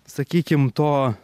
sakykim to